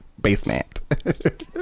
basement